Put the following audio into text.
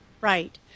Right